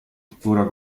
pura